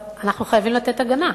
אנחנו חייבים לתת הגנה.